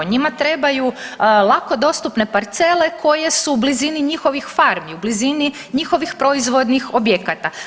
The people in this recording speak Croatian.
Njima trebaju lako dostupne parcele koje su u blizini njihovih farmi, u blizinu njihovih proizvodnih objekata.